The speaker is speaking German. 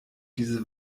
diese